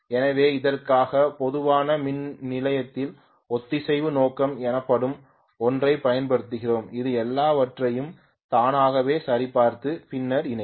எனவே இதற்காக பொதுவாக மின் நிலையத்தில் ஒத்திசைவு நோக்கம் எனப்படும் ஒன்றைப் பயன்படுத்துகிறோம் இது எல்லாவற்றையும் தானாகவே சரிபார்த்து பின்னர் இணைக்கும்